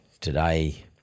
today